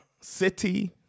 City